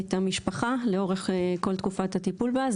את המשפחה לאורך כל תקופת הטיפול בה.